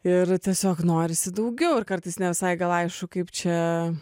ir tiesiog norisi daugiau ir kartais ne visai gal aišku kaip čia